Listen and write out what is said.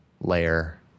layer